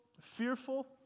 fearful